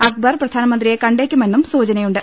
അക്ബർ പ്രധാനമന്ത്രിയെ കണ്ടേക്കുമെന്നും സൂചനയുണ്ട്